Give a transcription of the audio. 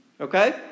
Okay